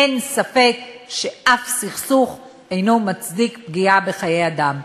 אין ספק ששום סכסוך אינו מצדיק פגיעה בחיי אדם.